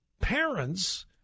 Parents